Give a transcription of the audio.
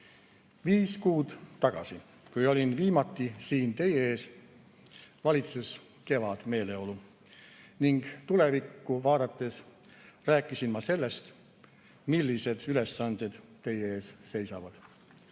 Viis kuud tagasi, kui olin viimati siin teie ees, valitses kevademeeleolu ning tulevikku vaadates rääkisin ma sellest, millised ülesanded teie ees seisavad.